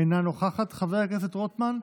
אינה נוכחת, חבר הכנסת רוטמן,